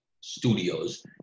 studios